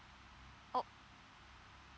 oh